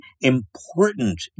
important